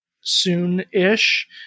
soon-ish